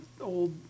old